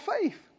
faith